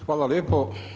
Hvala lijepo.